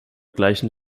gleichen